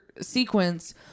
sequence